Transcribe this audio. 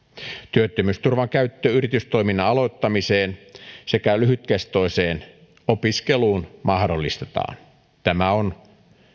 työttömyysturvan käyttö yritystoiminnan aloittamiseen sekä lyhytkestoiseen opiskeluun mahdollistetaan tämä on